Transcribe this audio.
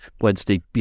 Wednesday